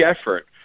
effort